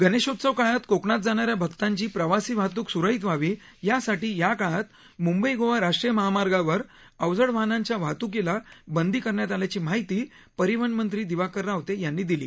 गणेशोत्सव काळात कोकणात जाणाऱ्या भक्तांची प्रवासी वाहतूक सुरळीत व्हावी यासाठी या काळात म्ंबई गोवा राष्ट्रीय महामार्गावर अवजड वाहनांच्या वाहत्कीला बंदी करण्यात आल्याची माहिती परिवहन मंत्री दिवाकर रावते यांनी दिली